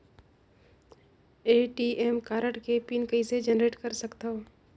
ATM card के PIN कइसे generate कर सकथव?